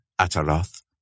Ataroth